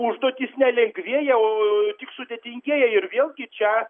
užduotis nelengvėja o o tik sudėtingėja ir vėlgi čia